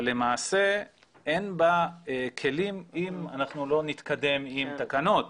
אבל למעשה אין בה כלים אם אנחנו לא נתקדם עם תקנות.